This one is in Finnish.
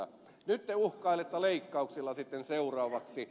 nyt te uhkailette leikkauksilla sitten seuraavaksi